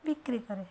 ବିକ୍ରି କରେ